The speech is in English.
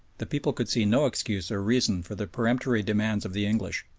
the people could see no excuse or reason for the peremptory demands of the english.